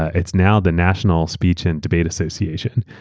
it's now the national speech and debate association.